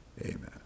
amen